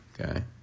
Okay